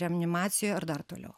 reanimacijoj ar dar toliau